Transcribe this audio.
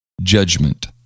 judgment